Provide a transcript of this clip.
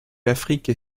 l’afrique